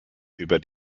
über